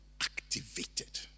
activated